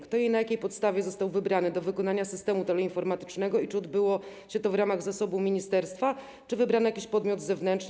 Kto i na jakiej podstawie został wybrany do wykonania systemu teleinformatycznego i czy odbyło się to w ramach zasobu ministerstwa, czy wybrano jakiś podmiot zewnętrzny?